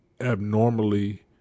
abnormally